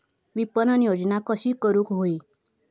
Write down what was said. विपणन योजना कशी करुक होई?